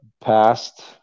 past